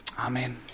Amen